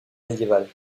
médiéval